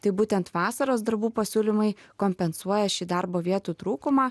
tai būtent vasaros darbų pasiūlymai kompensuoja šį darbo vietų trūkumą